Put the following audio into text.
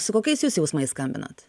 su kokiais jūs jausmais skambinat